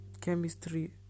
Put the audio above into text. chemistry